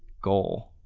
goal,